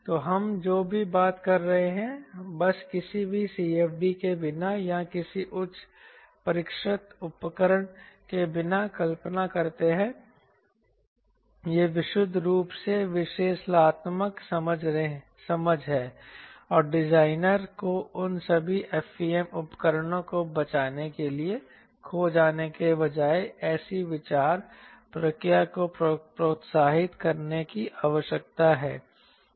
तो हम जो भी बात कर रहे हैं बस किसी भी CFD के बिना या किसी उच्च परिष्कृत उपकरण के बिना कल्पना करते हैं यह विशुद्ध रूप से विश्लेषणात्मक समझ है और डिजाइनर को उन सभी FEM उपकरणों को बचाने के लिए खो जाने के बजाय ऐसी विचार प्रक्रिया को प्रोत्साहित करने की आवश्यकता है